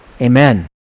Amen